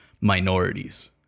minorities